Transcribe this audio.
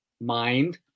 mind